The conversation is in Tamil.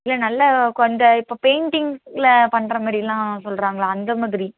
இல்லை நல்ல இந்த இப்போ பெயிண்டிங்கில் பண்றமாதிரிலாம் சொல்றாங்களே அந்தமாதிரி